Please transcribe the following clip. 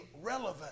relevant